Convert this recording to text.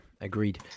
agreed